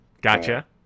Gotcha